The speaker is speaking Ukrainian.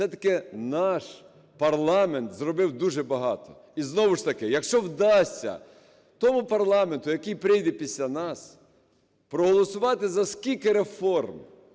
все-таки наш парламент зробив дуже багато. І, знову ж таки, якщо вдасться тому парламенту, який прийде після нас, проголосувати за стільки реформ,